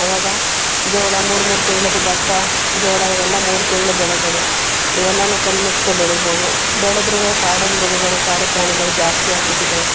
ಅವಾಗ ಜೋಳ ಮೂರು ಮೂರು ತಿಂಗ್ಳದ್ದು ಭತ್ತ ಜೋಳ ಇವೆಲ್ಲ ಮೂರು ತಿಂಗ್ಳ ಬೆಳೆಗಳು ಇವೆಲ್ಲನೂ ಕಣ್ಮುಚ್ಕೋ ಬೆಳಿಬೋದು ಬೆಳ್ದ್ರೂ ಕಾಡು ಮೃಗಗಳು ಕಾಡು ಪ್ರಾಣಿಗಳು ಜಾಸ್ತಿ ಆಗ್ಬಿಟ್ಟಿದವೆ